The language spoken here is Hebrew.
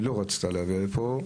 היא לא רצתה להגיע לפה.